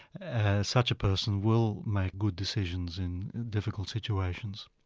ah such a person will make good decisions in difficult situations.